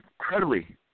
incredibly